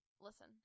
Listen